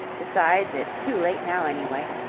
besides, it's too late now, anyway.